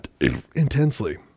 Intensely